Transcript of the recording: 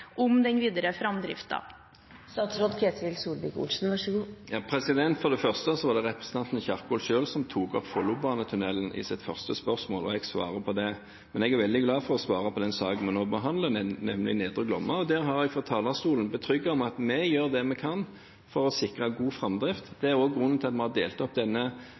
om den videre framdriften? For det første var det representanten Kjerkol selv som tok opp Follobanetunnelen i sitt første spørsmål, og jeg svarte på det. Men jeg er veldig glad for å svare på den saken vi nå behandler, nemlig Nedre Glomma. Der har jeg fra talerstolen forsikret at vi gjør det vi kan for å sikre god framdrift. Det er også grunnen til at vi har delt opp